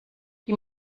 die